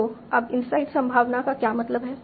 तो अब इनसाइड संभावना का क्या मतलब है